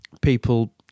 people